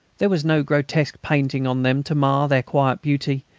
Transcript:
there was no grotesque painting on them to mar their quiet beauty,